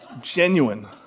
Genuine